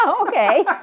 Okay